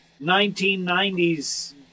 1990s